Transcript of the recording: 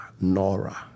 Nora